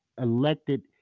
elected